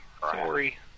sorry